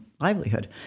livelihood